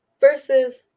versus